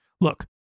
Look